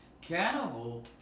Cannibal